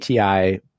ATI